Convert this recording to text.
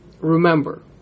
Remember